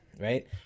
right